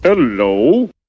hello